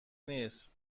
نیست